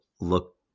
look